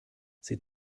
sie